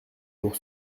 pour